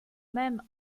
même